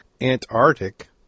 Antarctic